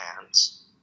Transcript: hands